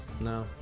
No